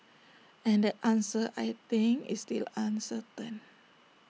and that answer I think is still uncertain